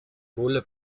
hohle